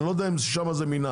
אני לא יודע אם שם זה מינהל.